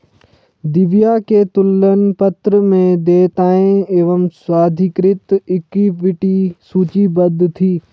दिव्या के तुलन पत्र में देयताएं एवं स्वाधिकृत इक्विटी सूचीबद्ध थी